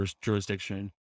jurisdiction